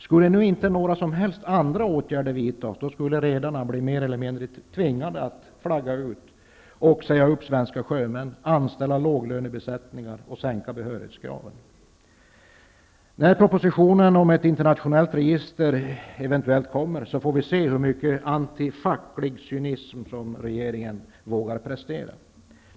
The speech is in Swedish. Skulle nu inte några andra åtgärder vidtas, skulle redarna mer eller mindre tvingas att flagga ut, säga upp svenska sjömän, anställa låglönebesättningar och sänka behörighetskraven. När det eventuellt kommer en proposition om ett internationellt register, får vi se hur mycket antifacklig cynism regeringen vågar prestera.